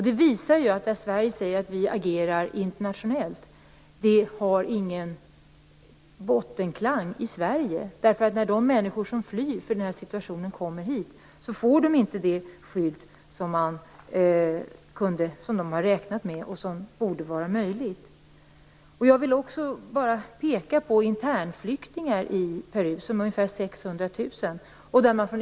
Det visar att när Sverige säger att vi agerar internationellt har det ingen bottenklang i Sverige. När de människor som flyr från den här situationen kommer hit får de inte det skydd som de har räknat med och som borde vara möjligt. Jag vill även peka på internflyktingar i Peru. De är ungefär 600 000.